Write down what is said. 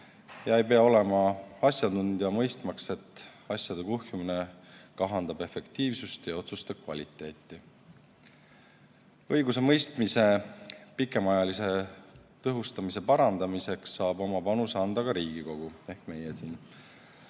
Ei pea olema asjatundja mõistmaks, et asjade kuhjumine kahandab efektiivsust ja otsuste kvaliteeti. Õigusemõistmise pikemaajalise tõhustamise parandamiseks saab oma panuse anda ka Riigikogu ehk meie siin.